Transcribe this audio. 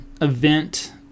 event